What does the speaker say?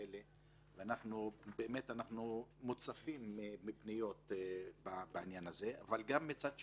אנחנו מוצפים בפניות בעניין הזה מצד שני,